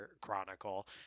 Chronicle